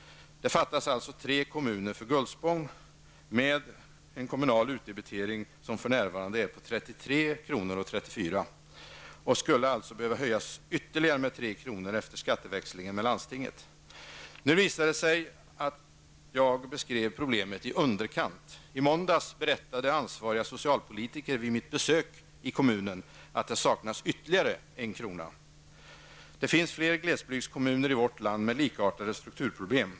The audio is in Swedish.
Det fattas alltså 3 kr. för Gullspång, med en kommunal utdebitering som för närvarande är 33:34 kr. Skatten skulle alltså behöva höjas med ytterligare 3 kr. efter skatteväxlingen med landstinget. Nu visar det sig att jag beskrev problemet i underkant. I måndags berättade ansvariga socialpolitiker vid mitt besök i kommunen, att det saknas ytterligare 1 kr. Det finns fler glesbygdskommuner i vårt land med likartade strukturproblem.